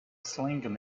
slang